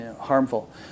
harmful